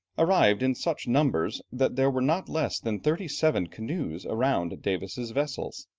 arrived in such numbers, that there were not less than thirty-seven canoes around davis' vessels.